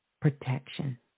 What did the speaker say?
protection